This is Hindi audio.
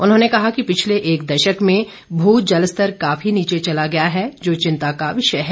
उन्होंने कहा कि पिछले एक दशक में भू जलस्तर काफी नीचे चला गया है जो चिंता का विषय है